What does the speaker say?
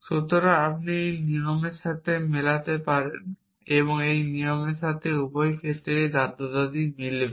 সুতরাং আপনি এই নিয়মের সাথে মেলাতে পারেন বা এই নিয়মের সাথে উভয় ক্ষেত্রেই দাদা দাদি মিলবে